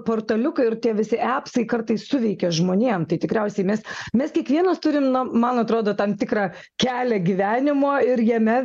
portaliukai ir tie visi epsai kartais suveikia žmonėm tai tikriausiai mes mes kiekvienas turim na man atrodo tam tikrą kelią gyvenimo ir jame